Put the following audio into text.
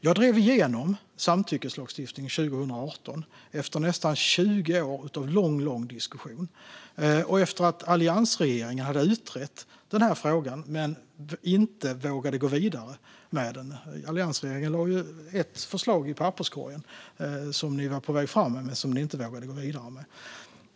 Jag drev igenom samtyckeslagstiftningen 2018 efter nästan 20 år av lång, lång diskussion. Alliansregeringen utredde den här frågan men vågade inte gå vidare med den utan lade ett förslag som ni var på väg fram med i papperskorgen.